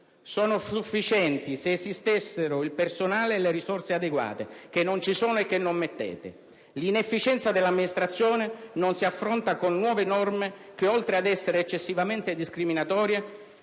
sufficienti se esistessero il personale e le risorse adeguate, che non ci sono e che non mettete. L'inefficienza dell'amministrazione non si affronta con nuove norme che, oltre ad essere eccessivamente discriminatorie,